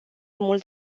mult